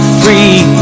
free